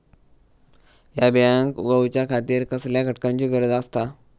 हया बियांक उगौच्या खातिर कसल्या घटकांची गरज आसता?